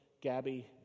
gabby